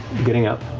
getting up,